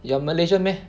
you are Malaysian meh